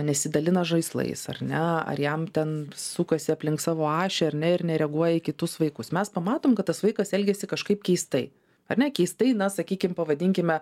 nesidalina žaislais ar ne ar jam ten sukasi aplink savo ašį ar ne ir nereaguoja į kitus vaikus mes pamatom kad tas vaikas elgiasi kažkaip keistai ar ne keistai na sakykim pavadinkime